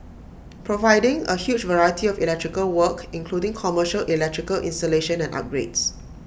providing A huge variety of electrical work including commercial electrical installation and upgrades